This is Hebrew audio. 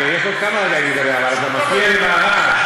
יש לי עוד כמה רגעים לדבר אבל אתה מפריע לי עם הרעש.